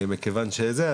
מכיוון שזה,